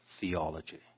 theology